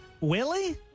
Willie